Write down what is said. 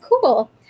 cool